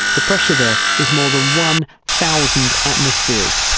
the pressure there is more than one thousand atmospheres.